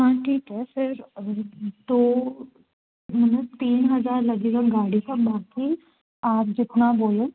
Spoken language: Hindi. हाँ ठीक है फिर तो मल्लब तीन हज़ार लगेगा गाड़ी का बाकी आप जितना बोलो